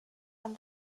and